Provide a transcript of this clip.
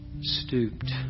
stooped